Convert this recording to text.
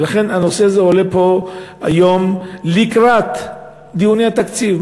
ולכן הנושא הזה עולה פה היום לקראת דיוני התקציב.